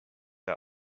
der